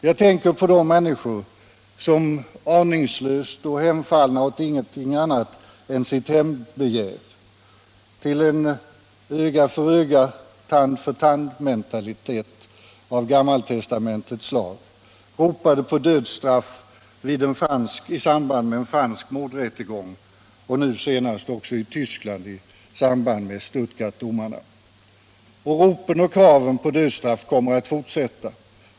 Jag tänker på de människor som, aningslöst hemfallna åt ingenting annat än sitt hämndbegär, en öga-för-öga-, tand-för-tand-mentalitet av gammaltestamentligt slag, ropade på dödsstraff i samband med en fransk mordrättegång och nu senast också i Tyskland i samband med Stuttgartdomarna. Och ropen och kraven på dödsstraff kommer att fortsätta.